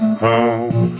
home